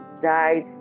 died